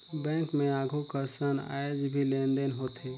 bank मे आघु कसन आयज भी लेन देन होथे